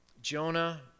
Jonah